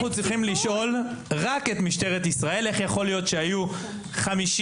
אנחנו צריכים לשאול רק את משטרת ישראל איך יכול להיות שהיו 150-200